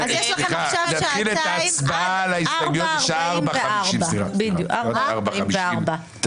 אז יש לכם עכשיו שעתיים עד 04:44. סליחה,